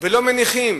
ולא מניחים